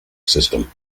system